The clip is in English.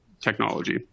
technology